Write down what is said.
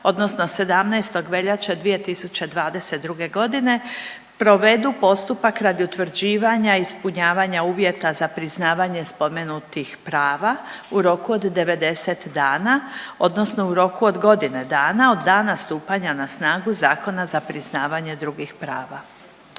odnosno 17. veljače 2022. g. provedu postupak radi utvrđivanja ispunjavanja uvjeta za priznavanje spomenutih prava u roku od 90 dana odnosno u roku od godine dana od danas stupanja na snagu Zakona za priznavanje drugih prava.